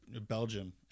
belgium